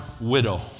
widow